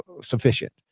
sufficient